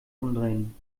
umdrehen